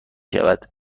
شود